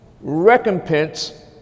recompense